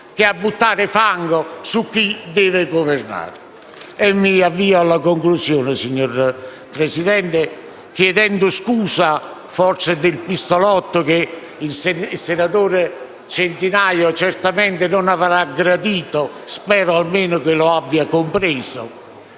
che a buttare fango su chi deve governare. Mi avvio alla conclusione, signor Presidente, chiedendo scusa forse del pistolotto, che il senatore Centinaio certamente non avrà gradito; spero almeno che lo abbia compreso.